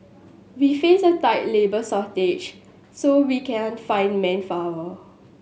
we face a tight labour shortage so we can't find manpower